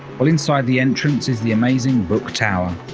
well inside the entrance is the amazing book tower.